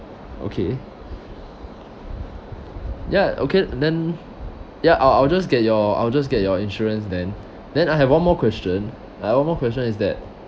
okay ya okay then ya I'll I'll just get your I will just get your insurance then then I have one more question ah one more question is that